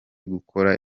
gukora